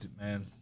man